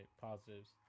positives